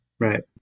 Right